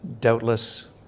doubtless